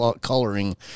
coloring